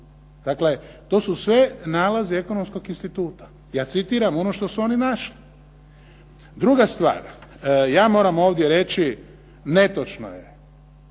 Dakle, to su sve nalazi Ekonomskog instituta. Ja citiram ono što su oni našli. Druga stvar. Ja moram ovdje reći netočno je